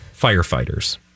firefighters